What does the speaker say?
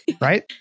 Right